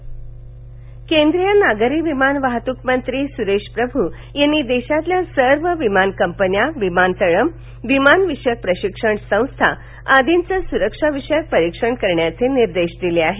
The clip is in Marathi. सरेश प्रभ केंद्रीय नागरी विमान वाहतूक मंत्री सुरेश प्रभू यांनी देशातील सर्व विमान कंपन्या विमानतळ विमान विषयक प्रशिक्षण संस्था आदींच सुरक्षा विषयक परीक्षण करण्याचे निर्देश दिले आहेत